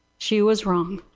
she was wrong.